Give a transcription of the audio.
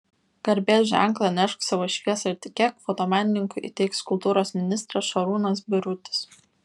garbės ženklą nešk savo šviesą ir tikėk fotomenininkui įteiks kultūros ministras šarūnas birutis